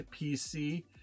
PC